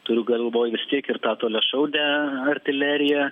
turiu galvoj vis tiek ir tą toliašaudę artileriją